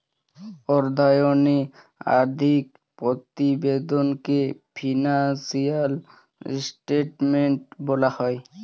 অর্থায়নে আর্থিক প্রতিবেদনকে ফিনান্সিয়াল স্টেটমেন্ট বলা হয়